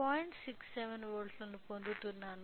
67 వోల్ట్లను పొందుతున్నాను